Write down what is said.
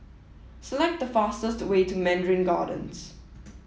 select the fastest way to Mandarin Gardens